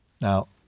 Now